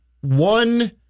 One